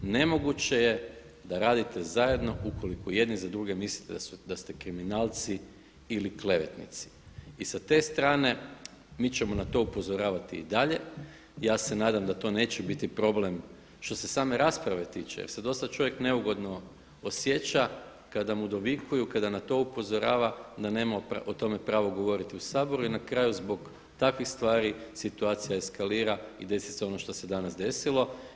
Nemoguće je da radite zajedno ukoliko jedni za druge mislite da ste kriminalci ili klevetnici i sa te strane mi ćemo na to upozoravati i dalje, ja se nadam da to neće biti problem što se same rasprave tiče jer se dosta čovjek neugodno osjeća kada mu dovikuju, kada na to upozorava da ne o tome pravo govoriti u Saboru i na kraju zbog takvih stvari situacija eskalira i desi se ono što se danas desilo.